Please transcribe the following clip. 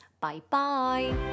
Bye-bye